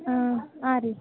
ಹಾಂ ಹಾಂ ರೀ